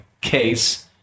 case